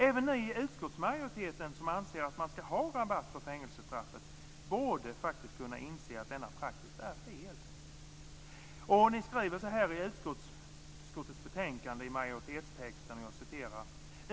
Även ni i utskottsmajoriteten, som anser att man ska ha rabatt på fängelsestraffet, borde kunna inse att denna praxis är fel.